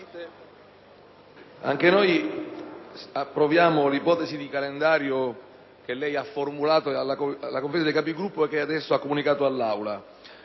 anche noi condividiamo la proposta di calendario che lei ha formulato nella Conferenza dei Capigruppo e che adesso ha comunicato all'Aula.